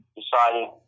decided